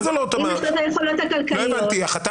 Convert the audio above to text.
אם יש לו היכולות הכלכליות.